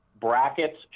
brackets